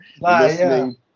listening